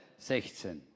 16